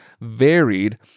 varied